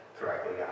correctly